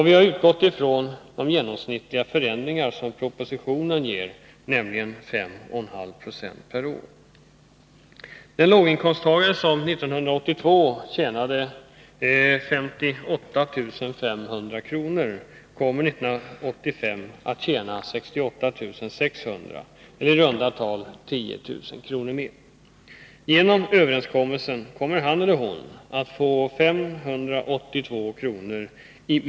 Vi har utgått från de genomsnittliga förändringar som propositionen ger, nämligen 5,5 90 per år. Den låginkomsttagare som 1982 tjänar 58 500 kr. kommer 1985 att tjäna 68 600 kr., eller i runda tal 10 000 kr. mer. Genom överenskommelsen kommer han eller hon att få 582 kr.